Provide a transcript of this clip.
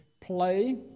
play